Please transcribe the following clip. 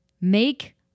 make